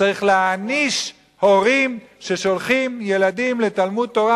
צריך להעניש הורים ששולחים ילדים לתלמוד-תורה.